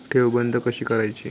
ठेव बंद कशी करायची?